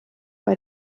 bei